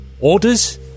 orders